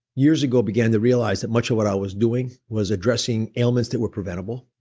years ago, began to realize that much of what i was doing was addressing ailments that were preventable.